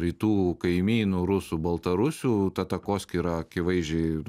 rytų kaimynų rusų baltarusių ta takoskyra akivaizdžiai